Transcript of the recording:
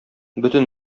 бөтен